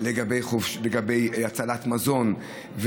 לגבי הצלת מזון,